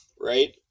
right